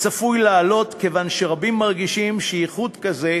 צפוי לעלות, כיוון שרבים מרגישים שאיחוד כזה